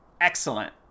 excellent